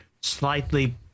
slightly